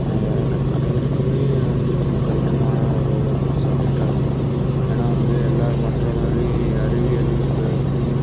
அனைவருக்குமே வந்து கொஞ்சம் கடினமான ஒரு சப்ஜெக்ட்டாக இருக்கும் ஏன்னால் வந்து எல்லாரும் மற்ற மாதிரி அறிவியல்